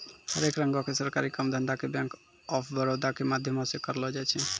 हरेक रंगो के सरकारी काम धंधा के बैंक आफ बड़ौदा के माध्यमो से करलो जाय छै